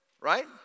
Right